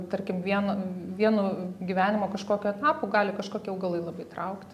tarkim vien vienu gyvenimo kažkokiu etapu gali kažkokie augalai labai traukti